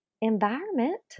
environment